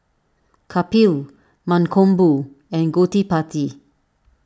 Kapil Mankombu and Gottipati